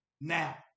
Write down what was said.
now